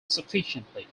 sufficiently